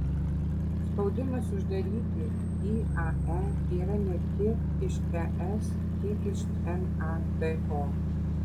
spaudimas uždaryti iae yra ne tiek iš es kiek iš nato